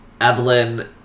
Evelyn